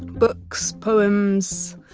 books, poems,